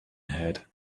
had